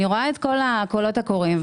אני רואה את כל הקולות הקוראים.